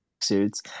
suits